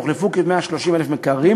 הוחלפו כ-130,000 מקררים